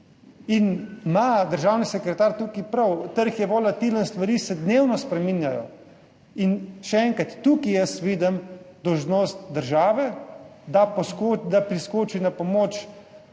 ima državni sekretar prav, trg je volatilen, stvari se dnevno spreminjajo. Še enkrat, tukaj jaz vidim dolžnost države, da priskoči na pomoč